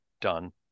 done